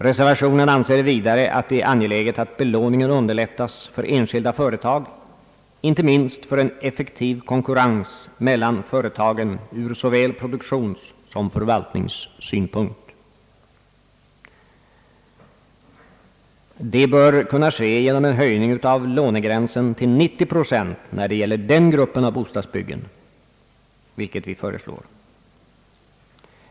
Reservationen anser vidare att det är angeläget att belåningen underlättas för enskilda företag, inte minst för en effektiv konkurrens mellan företagen ur såväl produktionssom förvaltningssynpunkt. Det bör kunna ske genom en höjning av lånegränsen till 90 procent när det gäller den gruppen av bostadsbyggen, vilket vi föreslår.